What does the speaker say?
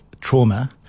trauma